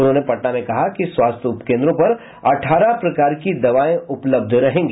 उन्होंने पटना में कहा कि स्वास्थ्य उपकेन्द्रों पर अठारह प्रकार की दवाएं उपलब्ध रहेगी